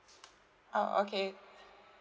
oh okay